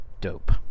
dope